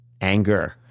anger